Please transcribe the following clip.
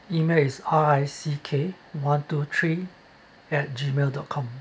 email is R I C K one two three at gmail dot com